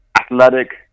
athletic